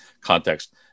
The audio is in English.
context